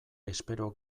espero